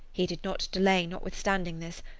he did not delay notwithstanding this,